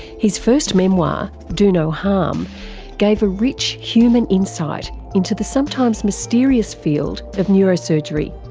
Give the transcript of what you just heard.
his first memoir do no harm gave a rich human insight into the sometimes mysterious field of neurosurgery.